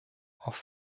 auf